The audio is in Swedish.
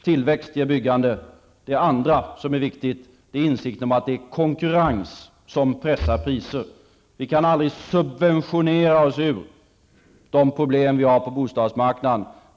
Tillväxt ger byggande. Det andra som är viktigt är insikten om att konkurrens pressar priser. Vi kan aldrig subventionera oss ur de problem vi har på bostadsmarknaden.